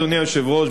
אדוני היושב-ראש,